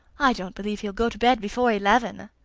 i don't believe he'll go to bed before eleven.